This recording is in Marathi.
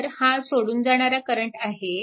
तर हा सोडून जाणारा करंट आहे